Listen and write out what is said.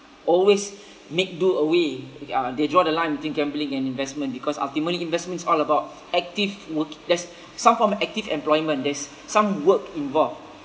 always make do a way uh they draw the line between gambling and investment because ultimately investment is all about active work~ there's some form of active employment there's some work involved